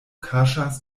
kaŝas